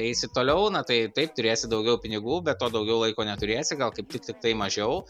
eisi toliau na tai taip turėsi daugiau pinigų bet to daugiau laiko neturėsi gal kaip tik tik tai mažiau